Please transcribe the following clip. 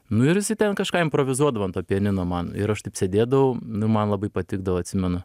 nu ir jisai ten kažką improvizuodavo ant to pianino man ir aš taip sėdėdavau nu man labai patikdavo atsimenu